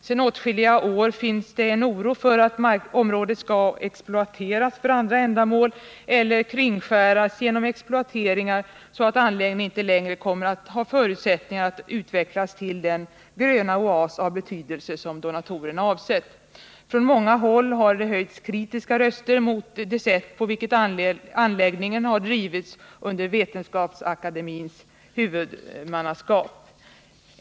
Sedan åtskilliga år finns en oro för att området skall exploateras för andra ändamål eller att anläggningen skall kringskäras genom exploateringar, så att den inte längre kommer att ha förutsättningar att utvecklas till den gröna oas som donatorerna avsett. Från många håll har det höjts kritiska röster mot det sätt på vilket anläggningen har drivits under Vetenskapsakademins ledning.